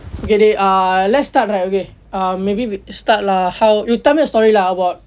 okay dey err let's start right okay maybe we start lah how you tell me a story lah about